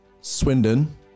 Swindon